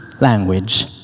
language